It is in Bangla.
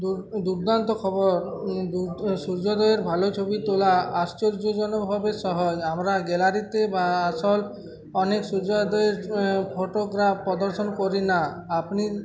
দুর্দান্ত খবর সূর্যোদয়ের ভালো ছবি তোলা আশ্চর্যজনকভাবে সহজ আমরা গ্যালারিতে বা আসল অনেক সূর্যোদয়ের ফটোগ্রাফ প্রদর্শন করি না আপনি